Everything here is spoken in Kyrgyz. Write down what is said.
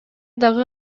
дагы